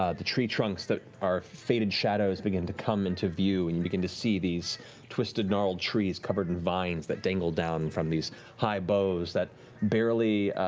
ah the tree trunks that are faded shadows begin to come into view and you begin to see these twisted, gnarled trees covered in vines that dangle down from these high boughs that barely